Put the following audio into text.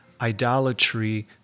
idolatry